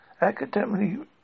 academically